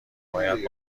باید